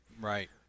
Right